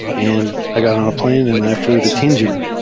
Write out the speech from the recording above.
and i got on a plane and i flew to tianjin.